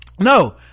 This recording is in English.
no